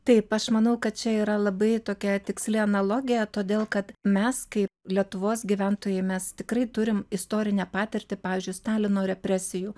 taip aš manau kad čia yra labai tokia tiksli analogija todėl kad mes kaip lietuvos gyventojai mes tikrai turim istorinę patirtį pavyzdžiui stalino represijų